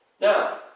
Now